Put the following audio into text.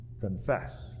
confess